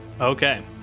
Okay